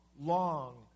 long